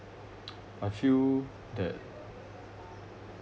I feel that